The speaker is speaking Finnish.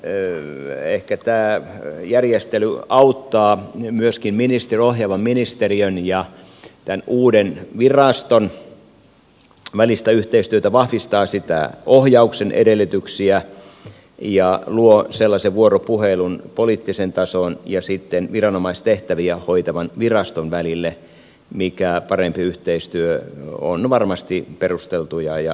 ehkä tämä järjestely auttaa myöskin ohjaavan ministeriön ja tämän uuden viraston välistä yhteistyötä vahvistaa ohjauksen edellytyksiä ja luo sellaisen vuoropuhelun poliittisen tason ja sitten viranomaistehtäviä hoitavan viraston välille mikä parempi yhteistyö on varmasti perusteltua ja tarpeenkin